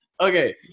Okay